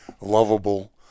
lovable